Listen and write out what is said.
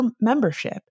membership